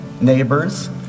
neighbors